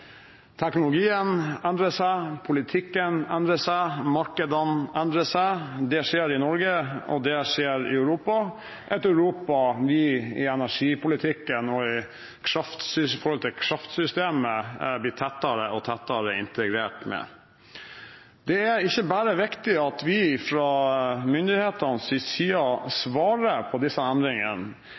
Teknologien endrer seg, politikken endrer seg, markedene endrer seg. Det skjer i Norge, og det skjer i Europa – et Europa som vi når det gjelder energipolitikken og kraftsystemet, blir tettere og tettere integrert med. Det er ikke bare viktig at vi fra myndighetenes side svarer på disse endringene,